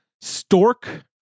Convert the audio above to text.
stork